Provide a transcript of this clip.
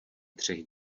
třech